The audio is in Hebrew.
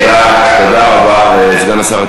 תודה רבה, סגן השר.